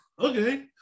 okay